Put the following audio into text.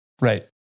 Right